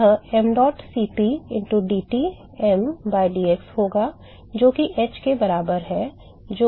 तो यह mdot Cp into dT m by dx होगा जो कि h के बराबर है जो Ts minus Tm into P है